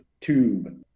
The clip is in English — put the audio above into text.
tube